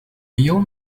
يوم